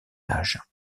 âge